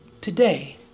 today